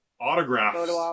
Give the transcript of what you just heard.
autographs